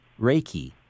Reiki